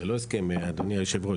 זה לא הסכם, אדוני היו"ר.